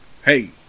hey